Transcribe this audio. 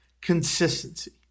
Consistency